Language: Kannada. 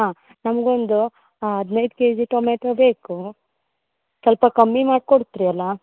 ಹಾಂ ನಮಗೊಂದು ಹದಿನೈದು ಕೆಜಿ ಟೊಮೇಟೊ ಬೇಕು ಸ್ವಲ್ಪ ಕಮ್ಮಿ ಮಾಡಿಕೊಡ್ತ್ರಿ ಅಲಾ